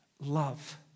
love